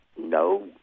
No